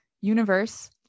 universe